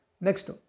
Next